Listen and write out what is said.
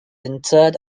interred